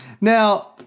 Now